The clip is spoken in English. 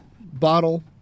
bottle